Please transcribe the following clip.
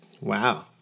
Wow